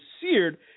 seared